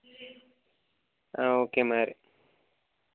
okay మరి